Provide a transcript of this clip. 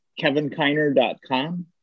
kevinkiner.com